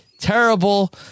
terrible